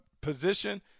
position